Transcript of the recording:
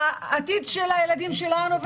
העתיד של הילדים שלנו,